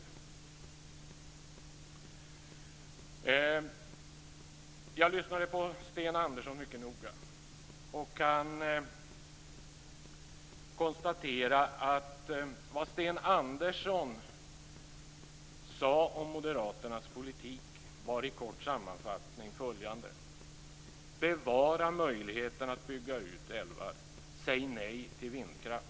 Jag lyssnade mycket noga på Sten Andersson och konstaterade att vad han sade om Moderaternas politik var i kort sammanfattning följande. Bevara möjligheten att bygga ut älvar. Säg nej till vindkraft.